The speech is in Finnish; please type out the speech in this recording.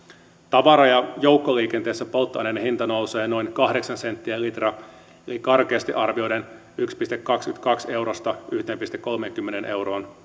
tavara ja joukkoliikenteessä polttoaineen hinta nousee noin kahdeksan senttiä litra eli karkeasti arvioiden yhdestä pilkku kahdestakymmenestäkahdesta eurosta yhteen pilkku kolmeenkymmeneen euroon